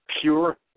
pure